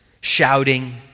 shouting